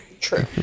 True